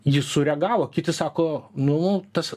jis sureagavo kiti sako nu tas